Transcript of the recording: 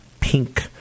pink